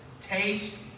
taste